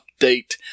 update